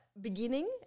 beginning